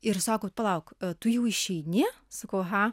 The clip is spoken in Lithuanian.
ir sako palauk tu jau išeini sakau aha